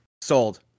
Sold